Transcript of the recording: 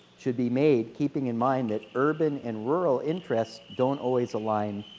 should be made keeping in mind that urban and rural interests don't always align,